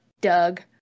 Doug